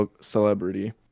celebrity